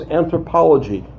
anthropology